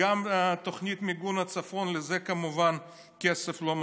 וגם התוכנית למיגון הצפון, לזה כמובן כסף לא מצאו.